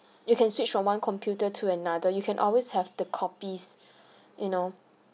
you can switch from one computer to another you can always have the copies you know